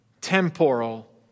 temporal